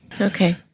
Okay